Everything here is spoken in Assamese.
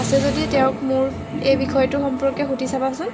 আছে যদি তেওঁক মোৰ এই বিষয়টো সম্পৰ্কে সুধি চাবাচোন